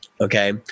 Okay